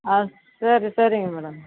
ஆ சரி சரிங்க மேடம்